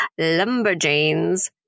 Lumberjanes